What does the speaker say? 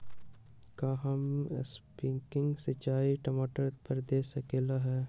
का हम स्प्रिंकल सिंचाई टमाटर पर दे सकली ह?